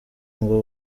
ngo